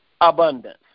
abundance